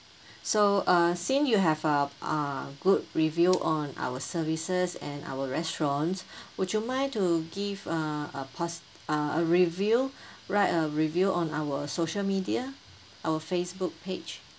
so uh since you have a a good review on our services and our restaurant would you mind to give a pass a a review write a review on our social media our Facebook page